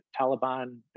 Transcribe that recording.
Taliban